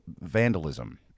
Vandalism